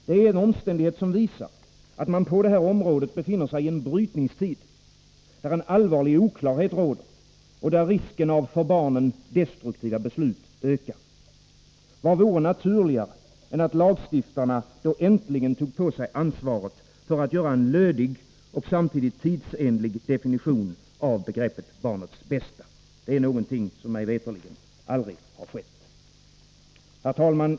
Det är en omständighet som visar att man på det här området befinner sig i en brytningstid, där en allvarlig oklarhet råder och där risken av för barnen destruktiva beslut ökar. Vad vore naturligare än att lagstiftarna äntligen tog på sig ansvaret för att göra en lödig och samtidigt tidsenlig definition av begreppet barnets bästa? Det är någonting som mig veterligt aldrig har skett. Herr talman!